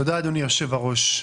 תודה אדוני יושב הראש.